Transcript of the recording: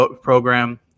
program